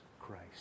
Christ